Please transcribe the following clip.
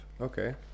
Okay